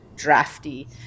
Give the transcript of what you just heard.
drafty